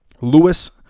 Lewis